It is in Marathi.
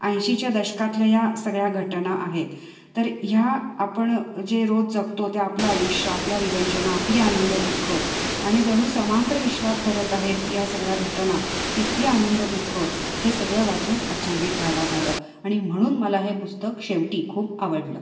ऐंशीच्या दशकातल्या या सगळ्या घटना आहेत तर ह्या आपण जे रोज जगतो ते आपलं आयुष्य आपल्या विवंचना आपली आनंद दुःख आणि जणू समांतर विश्वात घडत आहेत या सगळ्या घटना तिथली आनंद दुःख हे सगळं वाचून अचंबित व्हायला झालं आणि म्हणून मला हे पुस्तक शेवटी खूप आवडलं